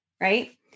right